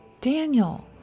Daniel